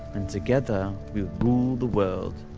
and together, we'll rule the world.